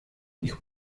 ich